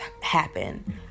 happen